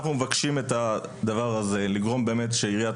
אנחנו מבקשים את הדבר הזה לגרום באמת שעיריית